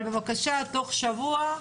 אבל בבקשה, תוך שבוע,